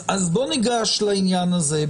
אז בוא ניגש לעניין הזה,